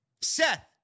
Seth